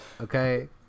Okay